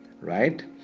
Right